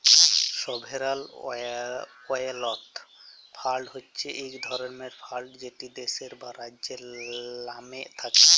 sovereign wealth fund হছে ইক রকমের ফাল্ড যেট দ্যাশের বা রাজ্যের লামে থ্যাকে